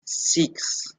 six